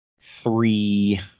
three